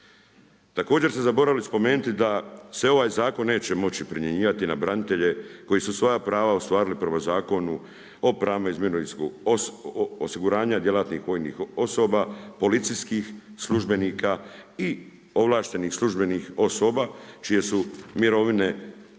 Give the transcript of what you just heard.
Također ste zaboravili spomenuti da se ovaj zakon neće moći primjenjivati na branitelje koja su svoja prava ostvarili prema Zakonu o pravima iz mirovinskog osiguranja djelatnih vojnih osoba, policijskih službenika i ovlaštenih službenih osoba čije su mirovine